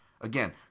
again